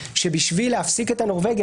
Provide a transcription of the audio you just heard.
שבשביל להפסיק את הנורבגי,